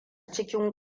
cikin